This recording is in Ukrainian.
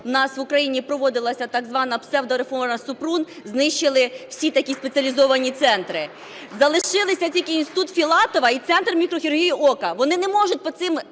у нас в Україні проводилась так звана псевдореформа Супрун, знищили всі такі спеціалізовані центри. Залишились тільки інститут Філатова і Центр мікрохірургії ока. Вони не можуть по цим